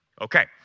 Okay